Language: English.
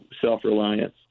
self-reliance